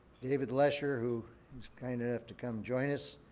david lesher, who is kind enough to come join us,